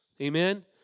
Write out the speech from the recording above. Amen